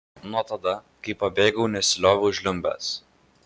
nuo tada kai pabėgau nesilioviau žliumbęs